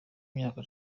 imyaka